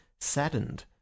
saddened